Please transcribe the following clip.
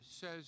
says